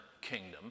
kingdom